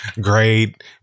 great